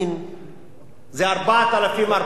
הוא 4,400 שקל.